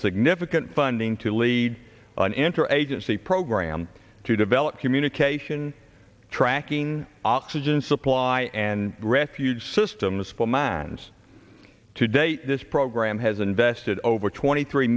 significant funding to lead an interagency program to develop communication tracking oxygen supply and refuge systems forman's to date this program has invest over twenty three